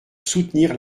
soutenir